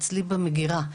אצלי במגירה.